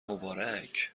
مبارک